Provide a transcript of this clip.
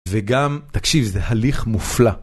וגם, תקשיב, זה הליך מופלא.